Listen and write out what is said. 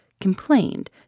complained